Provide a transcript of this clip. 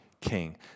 king